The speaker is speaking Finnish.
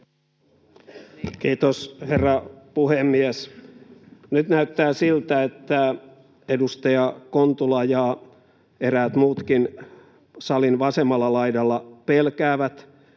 Kiitos, herra puhemies! Nyt näyttää siltä, että edustaja Kontula ja eräät muutkin salin vasemmalla laidalla pelkäävät,